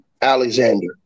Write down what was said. Alexander